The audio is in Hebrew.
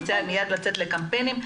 מיד לצאת לקמפיינים,